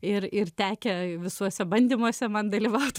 ir ir tekę visuose bandymuose man dalyvaut